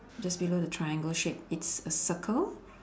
just below the triangle shape it's a circle